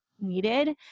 needed